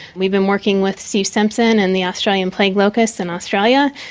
we've been working with steve simpson and the australian plague locusts in australia,